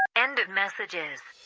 end of messages